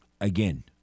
again